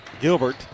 Gilbert